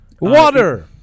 Water